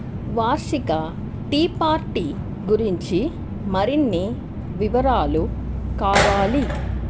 వార్షిక tea party గురించి మరిన్ని వివరాలు కావాలి